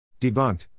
Debunked